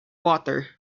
water